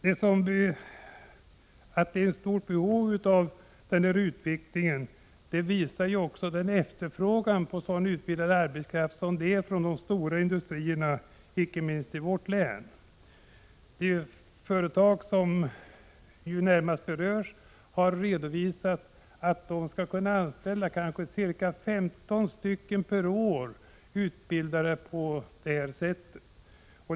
Att det föreligger ett stort behov av denna utbildning visar den efterfrågan på sådan utbildad arbetskraft som råder hos de stora industrierna inte minst i vårt län. De företag som närmast berörs har redovisat att de kommer att kunna anställa kanske 15 personer per år, utbildade på det sättet.